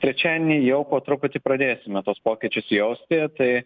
trečiadienį jau po truputį pradėsime tuos pokyčius jausti tai